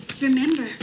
remember